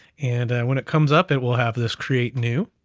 and when it comes up it will have this create new,